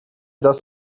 das